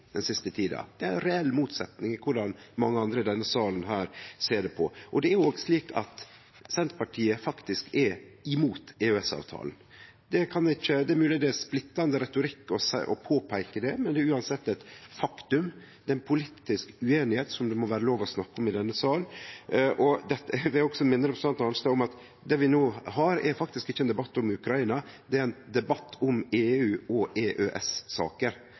den siste tida. Det er ei reell motsetning til korleis mange andre i denne salen ser på det. Det er òg slik at Senterpartiet faktisk er imot EØS-avtalen. Det er mogleg det er splittande retorikk å påpeike det, men det er uansett eit faktum. Det er ei politisk ueinigheit som det må vere lov å snakke om i denne salen. Eg vil også minne representanten Arnstad om at det vi no har, faktisk ikkje er ein debatt om Ukraina, det er ein debatt om EU- og EØS-saker. Difor snakkar vi om EU og EØS.